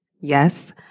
Yes